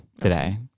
today